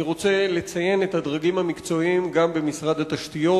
אני רוצה לציין את הדרגים המקצועיים גם במשרד התשתיות,